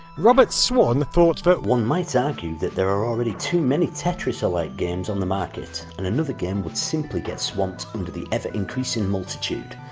robert swan thought that but one might argue that there are already too many tetris-alike games on the market, and another game would simply get swamped under the ever increasing multitude.